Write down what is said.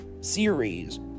series